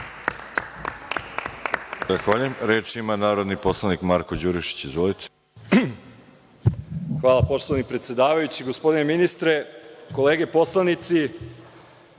Hvala poštovani predsedavajući. Gospodine ministre, kolege poslanici,